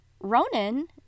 Ronan